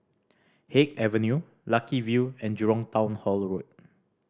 Haig Avenue Lucky View and Jurong Town Hall Road